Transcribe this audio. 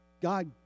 God